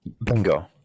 Bingo